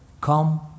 come